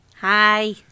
Hi